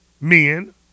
men